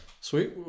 sweet